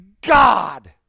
God